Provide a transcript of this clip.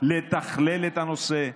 לתכלל את הנושא,